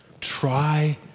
Try